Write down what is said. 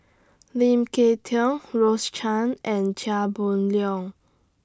Lim Kay Tong Rose Chan and Chia Boon Leong